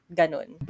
ganon